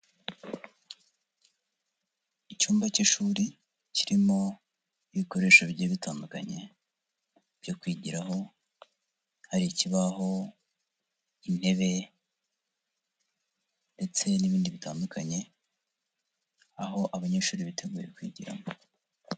Icyumba cy'ishuri kirimo ibikoresho bigiye bitandukanye byo kwigiraho, hari ikibaho, intebe ndetse n'ibindi bitandukanye aho abanyeshuri biteguye kwigiramo.